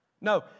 No